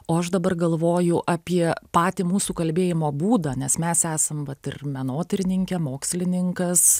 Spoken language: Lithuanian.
o aš dabar galvoju apie patį mūsų kalbėjimo būdą nes mes esame vat ir menotyrininkė mokslininkas